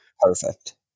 Perfect